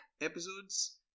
episodes